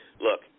look